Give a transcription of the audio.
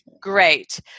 great